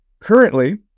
currently